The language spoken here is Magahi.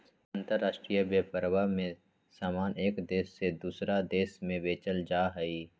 अंतराष्ट्रीय व्यापरवा में समान एक देश से दूसरा देशवा में बेचल जाहई